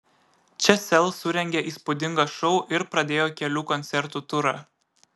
čia sel surengė įspūdingą šou ir pradėjo kelių koncertų turą